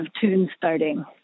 tune-starting